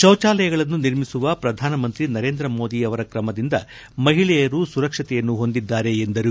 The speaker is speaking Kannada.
ಶೌಚಾಲಯಗಳನ್ನು ನಿರ್ಮಿಸುವ ಪ್ರಧಾನಮಂತ್ರಿ ನರೇಂದ್ರ ಮೋದಿ ಅವರ ಕ್ರಮದಿಂದ ಮಹಿಳೆಯರು ಸುರಕ್ಷತೆಯನ್ನು ಹೊಂದಿದ್ದಾರೆ ಎಂದರು